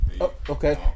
Okay